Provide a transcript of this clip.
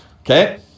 Okay